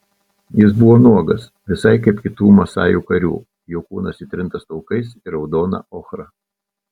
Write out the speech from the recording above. jis buvo nuogas visai kaip kitų masajų karių jo kūnas įtrintas taukais ir raudona ochra